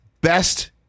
best